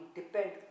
depend